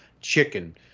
chicken